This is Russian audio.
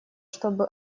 чтобы